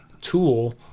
tool